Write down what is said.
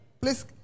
Please